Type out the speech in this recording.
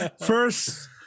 first